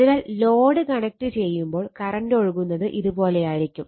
അതിനാൽ load connect ചെയ്യുമ്പോൾ current ഒഴുകുന്നത് ഇത് പോലെയായിരിക്കും